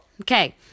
Okay